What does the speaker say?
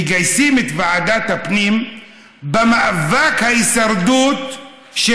מגייסים את ועדת הפנים במאבק ההישרדות של